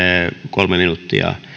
kolme minuuttia